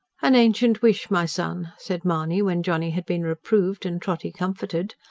an ancient wish, my son, said mahony, when johnny had been reproved and trotty comforted.